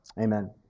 Amen